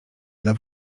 dla